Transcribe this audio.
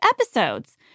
episodes